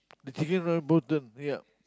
the chicken rice both the ya